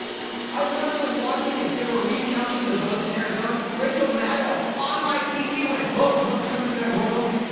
i literally was watching it, they were recounting the votes in arizona, rachel maddow on live tv went, oh, trump's coming back, oh no.